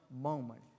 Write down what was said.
moment